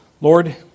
Lord